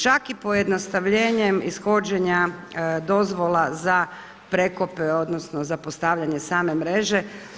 Čak i pojednostavljenjem ishođenja dozvola za prekope, odnosno za postavljanje same mreže.